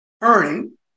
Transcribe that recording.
earning